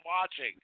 watching